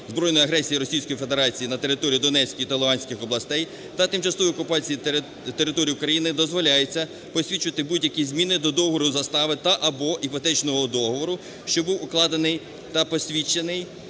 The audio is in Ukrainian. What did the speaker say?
збройної агресії Російської Федерації на території Донецької та Луганської областей та тимчасової окупації території України дозволяється посвідчувати будь-які зміни до договору застави та/або іпотечного договору, що був укладений та посвідчений